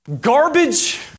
garbage